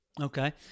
Okay